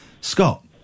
Scott